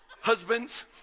Husbands